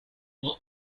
will